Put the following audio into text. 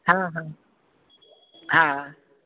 हा हा हा